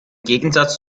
gegensatz